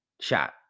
shot